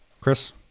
Chris